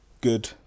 good